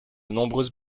nombreuses